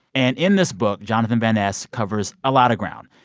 and in this book, jonathan van ness covers a lot of ground.